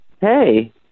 hey